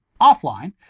offline